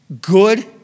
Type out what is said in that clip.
good